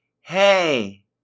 hey